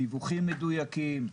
דיווחים מדויקים,